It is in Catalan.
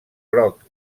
groc